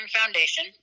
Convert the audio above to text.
Foundation